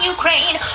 Ukraine